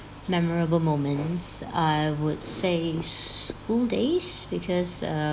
memorable moments I would say school days because err